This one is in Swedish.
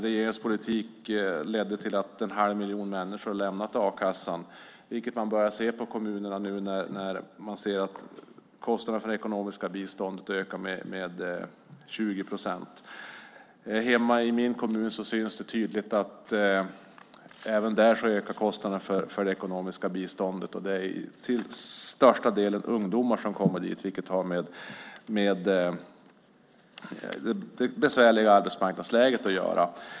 Regeringens politik har lett till att en halv miljon människor har lämnat a-kassan, vilket man börjar se i kommunerna nu när kostnaderna för det ekonomiska biståndet ökar med 20 procent. Hemma i min kommun syns det tydligt att kostnaderna för det ekonomiska biståndet ökar. Det är till största delen ungdomar som kommer dit, vilket har med det besvärliga arbetsmarknadsläget att göra.